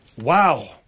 Wow